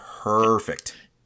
perfect